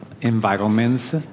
environments